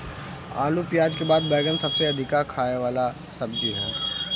आलू पियाज के बाद बैगन सबसे अधिका खाए वाला सब्जी हअ